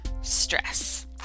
stress